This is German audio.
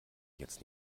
jetzt